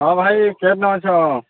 ହଁ ଭାଇ କେମିତି ଅଛ